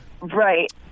Right